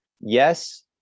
Yes